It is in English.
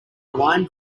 lime